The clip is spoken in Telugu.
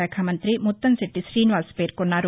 శాఖా మంతి ముత్తంశెట్టి శీనివాస్ పేర్కొన్నారు